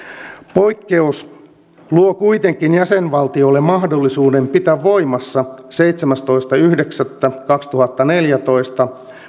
poikkeus luo kuitenkin jäsenvaltiolle mahdollisuuden pitää voimassa seitsemästoista yhdeksättä kaksituhattaneljätoista